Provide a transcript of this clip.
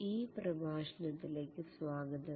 ഈ പ്രഭാഷണത്തിൽ ലേക്ക് സ്വാഗതം